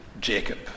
Jacob